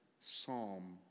psalm